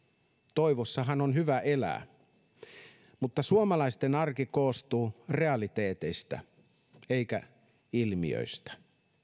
toivossahan on hyvä elää mutta suomalaisten arki koostuu realiteeteista eikä ilmiöistä